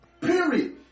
Period